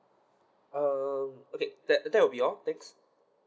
uh okay that that will be all thanks